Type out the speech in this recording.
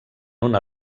una